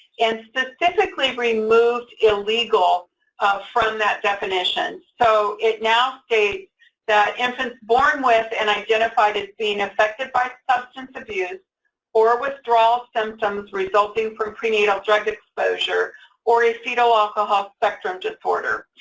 and specifically removed illegal from that definition. so it now states that infants born with and identified as being affected by substance abuse or withdrawal symptoms resulting from prenatal drug exposure or a fetal alcohol spectrum disorder.